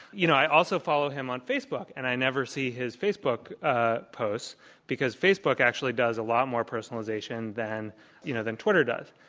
you know, i also follow him on facebook, and i never see his facebook ah posts because facebook actually does a lot more personalization than you know than twitter does.